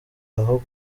aho